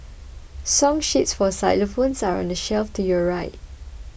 song sheets for xylophones are on the shelf to your right